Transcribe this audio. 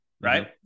right